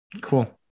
cool